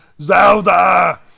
Zelda